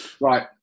Right